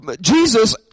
Jesus